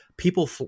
People